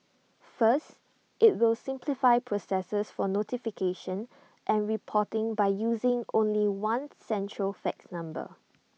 first IT will simplify processes for notification and reporting by using only one central fax number